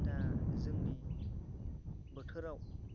दा जोंनि बोथोराव